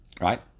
right